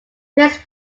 players